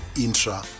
intra-